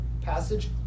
passage